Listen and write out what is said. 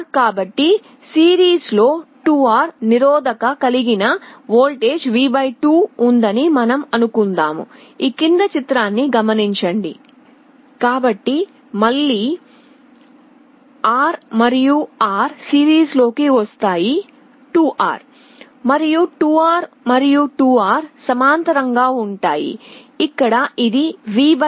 కాబట్టి సిరీస్లో 2R నిరోధకత కలిగిన వోల్టేజ్ V 2 ఉందని మనం అనుకుందాము కాబట్టి మళ్ళీ R మరియు R సిరీస్లోకి వస్తాయి 2R మరియు 2R మరియు 2R సమాంతరంగా ఉంటాయి ఇక్కడ ఇది V 2